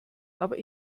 aber